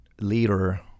leader